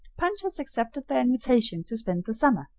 punch has accepted their invitation to spend the summer.